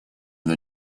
the